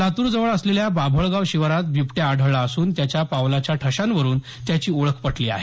लातूर जवळ असलेल्या बाभळगाव शिवारात बिबट्या आढळला असून त्याच्या पावलाच्या ठशावरुन त्याची ओळख पटली आहे